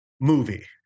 movie